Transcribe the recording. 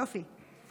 יופי.